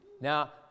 Now